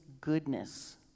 goodness